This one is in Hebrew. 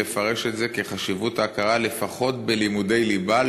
לפרש את זה כחשיבות ההכרה לפחות בלימודי ליבה,